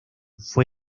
fue